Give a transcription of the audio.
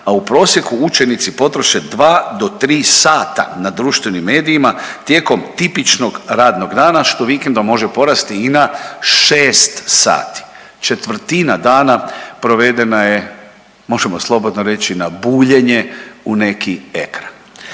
a u prosjeku učenici potroše dva do tri sata na društvenim medijima tijekom tipičnog radnog dana što vikendom može porasti i na 6 sati. Četvrtina dana provedena je na možemo slobodno reći na buljenje u neki ekran.